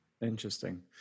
Interesting